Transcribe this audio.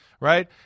right